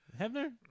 Hebner